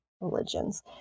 religions